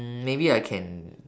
mm maybe I can